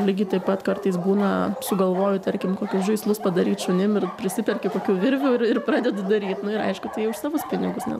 lygiai taip pat kartais būna sugalvoju tarkim kokius žaislus padaryt šunim ir prisiperki kokių virvių ir pradedi daryt nu ir aišku tai už savus pinigus nes